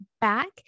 back